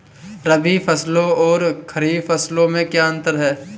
रबी फसलों और खरीफ फसलों में क्या अंतर है?